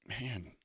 man